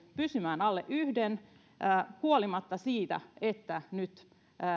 pysymään alle yhden huolimatta siitä että nyt